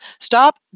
Stop